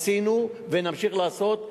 עשינו ונמשיך לעשות.